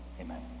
Amen